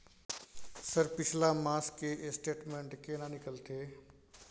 Sir पिछला मास के स्टेटमेंट केना निकलते?